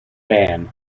ban